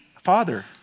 father